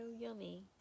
yummy